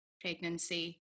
pregnancy